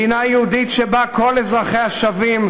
מדינה יהודית, שבה כל אזרחיה שווים,